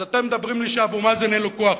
אז אתם מדברים אתי שאבו מאזן אין לו כוח.